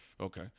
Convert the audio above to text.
Okay